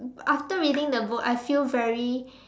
after reading the book I feel very